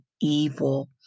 evil